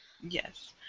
Yes